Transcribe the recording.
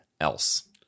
else